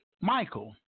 Michael